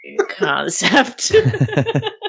concept